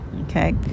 okay